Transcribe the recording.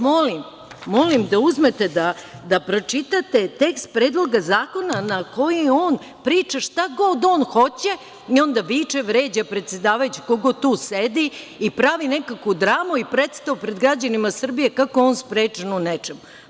Molim vas da uzmete, da pročitate tekst Predloga zakona na koji on priča šta god hoće i onda viče, vređa predsedavajućeg ko god tu sedi, i pravi nekakvu dramu i predstavu pred građanima kako je on sprečen u nečemu.